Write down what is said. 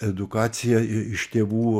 edukacija iš tėvų